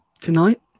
tonight